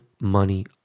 money